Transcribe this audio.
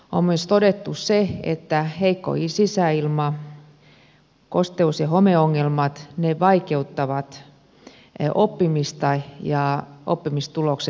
on myös todettu se että heikko sisäilma ja kosteus ja homeongelmat vaikeuttavat oppimista ja oppimistulokset heikkenevät